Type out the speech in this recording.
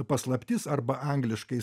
paslaptis arba angliškai